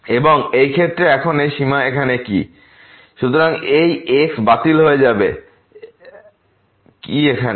এবং এই ক্ষেত্রে এখন এই সীমা কি এখানে